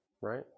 right